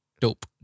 dope